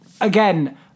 Again